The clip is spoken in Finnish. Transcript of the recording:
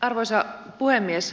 arvoisa puhemies